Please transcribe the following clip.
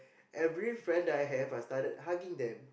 every friend I have I started hugging them